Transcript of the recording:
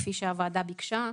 כפי שהוועדה ביקשה.